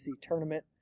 tournament